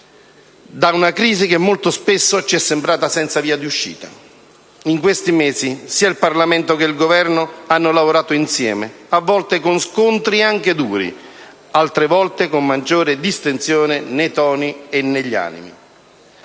di una crisi che molto spesso ci è sembrata senza via d'uscita. In questi mesi sia il Parlamento che il Governo hanno lavorato insieme, a volte con scontri anche duri, altre volte con maggiore distensione nei toni e negli animi,